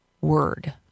word